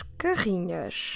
carrinhas